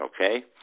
okay